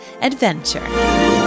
adventure